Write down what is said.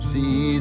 See